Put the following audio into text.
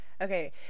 okay